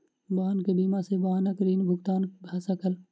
वाहन के बीमा सॅ वाहनक ऋण भुगतान भ सकल